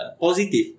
positive